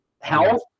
health